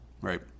Right